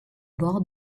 bord